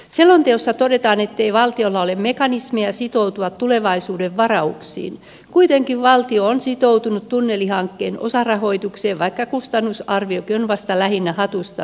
selonteossa todetaan ettei valtiolla ole mekanismia sitoutua tulevaisuuden varauksiin kuitenkin valtio on sitoutunut tunnelihankkeen osarahoitukseen vaikka kustannusarviokin on vasta lähinnä hatusta vedetty